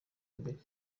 mbere